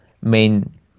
main